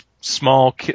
small